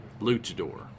luchador